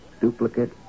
duplicate